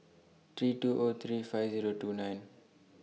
three two O three five Zero two nine